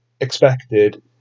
expected